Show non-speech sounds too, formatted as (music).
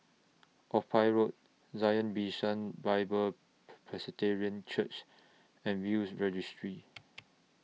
Ophir Road Zion Bishan Bible (unintelligible) Church and Will's Registry